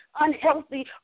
unhealthy